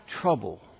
trouble